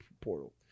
portal